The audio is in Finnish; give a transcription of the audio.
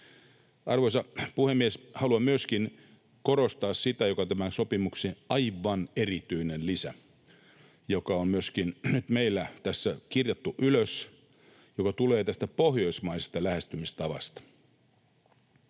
Arvoisa puhemies! Haluan myöskin korostaa sitä, mikä on tämän sopimuksen aivan erityinen lisä ja mikä on myöskin nyt meillä tässä kirjattu ylös ja mikä tulee tästä pohjoismaisesta lähestymistavasta.